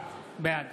בעד